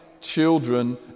children